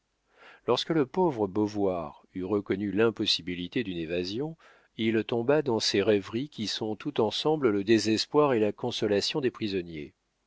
lorsque le pauvre beauvoir eut reconnu l'impossibilité d'une évasion il tomba dans ces rêveries qui sont tout ensemble le désespoir et la consolation des prisonniers